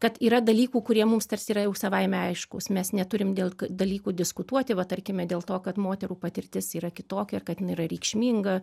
kad yra dalykų kurie mums tarsi yra jau savaime aiškūs mes neturim dėl dalykų diskutuoti va tarkime dėl to kad moterų patirtis yra kitokia ir kad jinai yra reikšminga